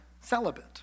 celibate